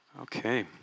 Okay